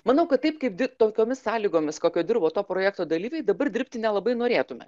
manau kad taip kaip di tokiomis sąlygomis kokio dirbo to projekto dalyviai dabar dirbti nelabai norėtume